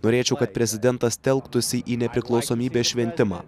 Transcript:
norėčiau kad prezidentas telktųsi į nepriklausomybės šventimą